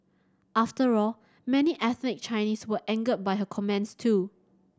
after all many ethnic Chinese were angered by her comments too